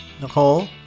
Nicole